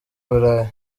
burayi